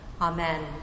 Amen